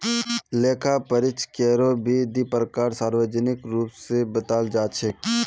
लेखा परीक्षकेरो भी दी प्रकार सार्वजनिक रूप स बताल जा छेक